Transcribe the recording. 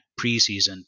preseason